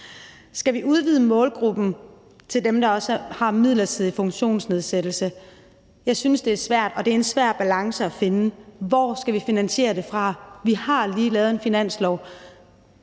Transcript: Skal vi udvide målgruppen til at inkludere dem, der også har en midlertidig funktionsnedsættelse? Jeg synes, det er svært, og at det er en svær balance at finde. Hvor skal vi finde finansieringen? Vi har lige lavet en finanslov,